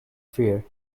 fear